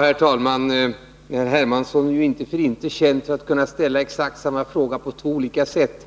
Herr talman! Herr Hermansson är ju inte för inte känd för att kunna ställa ' exakt samma fråga på två olika sätt.